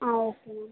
ah okay ma'am